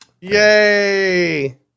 yay